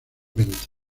ventas